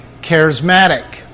charismatic